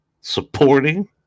supporting